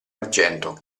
argento